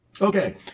Okay